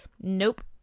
nope